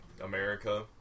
America